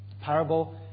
parable